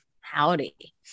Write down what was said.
Howdy